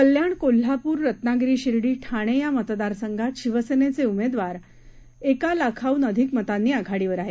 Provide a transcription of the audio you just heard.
कल्याण कोल्हापूर रत्नागिरी शिर्डी ठाणे या मतदार संघात शिवसेनेचे उमेदवार एक लाखाहून आधिक मतांनी आघाडीवर आहेत